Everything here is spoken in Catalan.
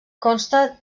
consta